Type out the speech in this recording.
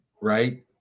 Right